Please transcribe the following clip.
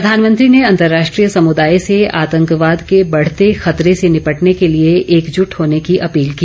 प्रधानमंत्री ने अंतरराष्ट्रीय समुदाय से आतंकवाद के बढते खतरे से निपटने के लिए एकजुट होने की अपील की